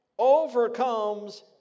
overcomes